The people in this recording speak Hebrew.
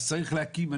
אז צריך להקים,